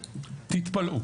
תתפלאו,